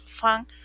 fun